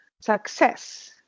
success